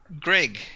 Greg